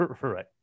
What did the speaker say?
Right